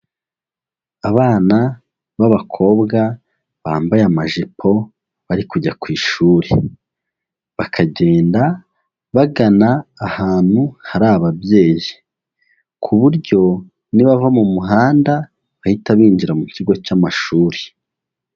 Abana b'abakobwa bambaye amajipo bari kujya ku ishuri, bakagenda bagana ahantu hari ababyeyi ku buryo nibava mu muhanda bahita binjira mu kigo cy'amashuri.